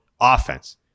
Offense